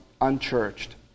unchurched